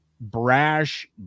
brash